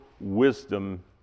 wisdom